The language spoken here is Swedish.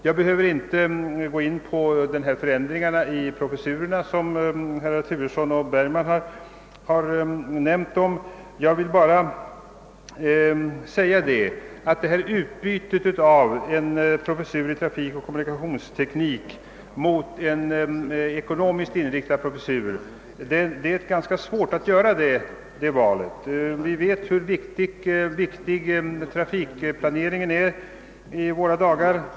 Jag behöver inte gå in på de förändringar beträffande professurerna som herrar Turesson och Bergman har nämnt; jag vill bara påpeka att ett utbyte av professuren i trafikoch kommunikationsteknik mot en ekonomiskt inriktad professur är ganska svårt att avväga. Vi vet ju hur viktig trafikplaneringen är i våra dagar.